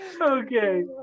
Okay